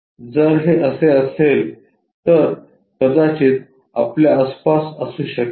जर हे असे असेल तर कदाचित आपल्या आसपास असू शकेल